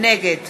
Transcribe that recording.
נגד